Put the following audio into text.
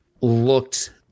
looked